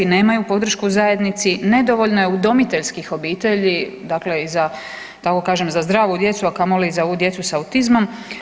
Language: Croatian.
Nemaju podršku u zajednici, nedovoljno je udomiteljskih obitelji dakle i za da tako kažem za zdravu djecu, a kamoli za ovu djecu sa autizmom.